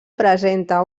presenta